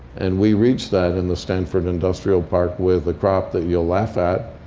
and we reached that in the stanford industrial park with a crop that you'll laugh at,